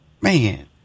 man